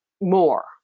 more